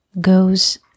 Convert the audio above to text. goes